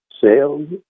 sales